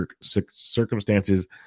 circumstances